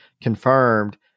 confirmed